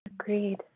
Agreed